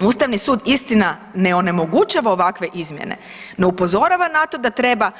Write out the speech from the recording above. Ustavni sud, istina, ne onemogućava ovakve izmjene, no upozorava na to da treba